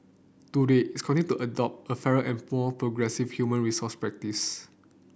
today its to adopt a fairer and more progressive human resource practice